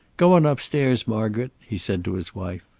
go on upstairs, margaret, he said to his wife.